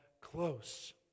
close